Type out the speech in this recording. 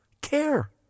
care